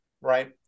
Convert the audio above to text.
Right